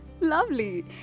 Lovely